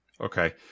Okay